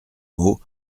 mots